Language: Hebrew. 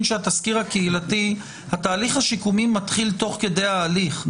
שהתהליך השיקומי מתחיל תוך כדי ההליך.